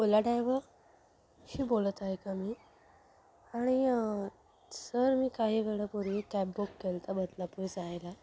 ओला डायवशी बोलत आहे का मी आणि सर मी काही वेळापूर्वी कॅब बुक केलं होतं बदलापूर जायला